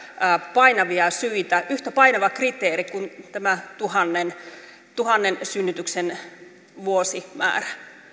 painavia syitä yhtä painava kriteeri kuin tämä tuhannen tuhannen synnytyksen vuosimäärä